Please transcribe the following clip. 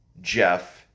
Jeff